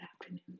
afternoon